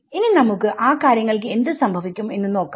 ഇനി നമുക്ക് ആ കാര്യങ്ങൾക്ക് എന്ത് സംഭവിക്കും എന്ന് നോക്കാം